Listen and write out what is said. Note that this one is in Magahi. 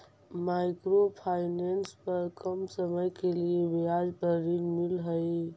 माइक्रो फाइनेंस पर कम समय के लिए ब्याज पर ऋण मिलऽ हई